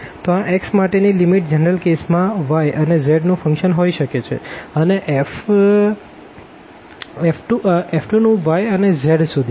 તો આ x માટે ની લીમીટ જનરલ કેસ માં y અનેz નું ફંક્શન હોઈ શકે છે અને f 2 નું y અનેz સુધી